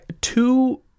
two